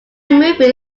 moving